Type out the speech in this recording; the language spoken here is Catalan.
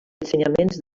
ensenyaments